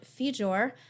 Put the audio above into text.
Fijor